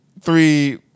three